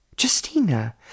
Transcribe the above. Justina